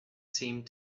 seemed